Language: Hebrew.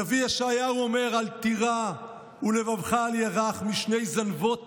הנביא ישעיהו אומר: "אל תירא ולבבך אל ירך משני זנבות